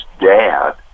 dad